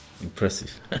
impressive